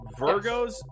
virgos